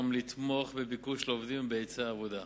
גם לתמוך בביקוש לעובדים ובהיצע העבודה.